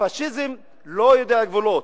הפאשיזם לא יודע גבולות.